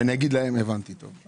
שאגיד להם הבנתי, טוב.